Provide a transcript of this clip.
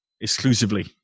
Exclusively